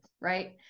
right